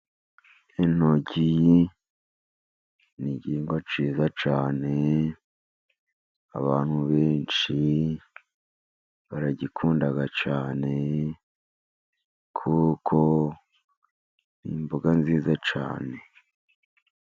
intoryi ni igihingwa cyiza cyane, abantu benshi baragikunda cyane, kuko ni imboga nziza cyane.